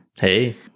Hey